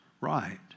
right